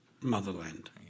motherland